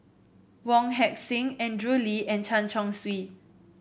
Wong Heck Sing Andrew Lee and Chen Chong Swee